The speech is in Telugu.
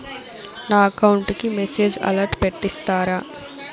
నా అకౌంట్ కి మెసేజ్ అలర్ట్ పెట్టిస్తారా